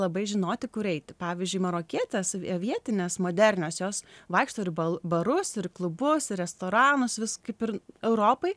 labai žinoti kur eiti pavyzdžiui marokietės vietinės moderniosios vaikšto ir į barus ir į klubus į restoranus vis kaip ir europai